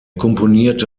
komponierte